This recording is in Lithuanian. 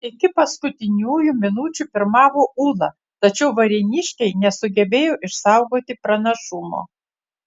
iki pat paskutiniųjų minučių pirmavo ūla tačiau varėniškiai nesugebėjo išsaugoti pranašumo